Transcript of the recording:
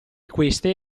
queste